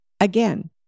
Again